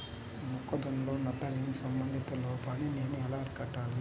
మొక్క జొన్నలో నత్రజని సంబంధిత లోపాన్ని నేను ఎలా అరికట్టాలి?